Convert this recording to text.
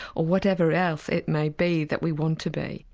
or whatever else it may be that we want to be.